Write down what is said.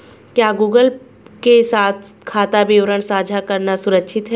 क्या गूगल के साथ खाता विवरण साझा करना सुरक्षित है?